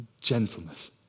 Gentleness